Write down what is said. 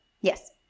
yes